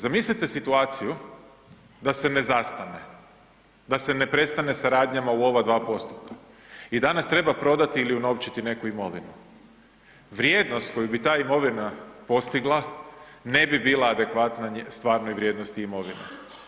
Zamislite situaciju da se ne zastane, da se ne prestane sa radnjama u ova dva postupka i danas treba prodati ili unovčiti neku imovinu, vrijednost koju bi ta imovina postigla ne bi bila adekvatna stvarnoj vrijednosti imovine.